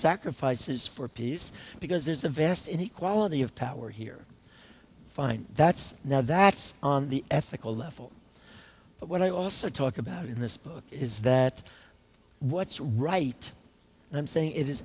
sacrifices for peace because there's a vast inequality of power here fine that's now that's on the ethical level but what i also talk about in this book is that what's right i'm saying it is